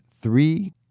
three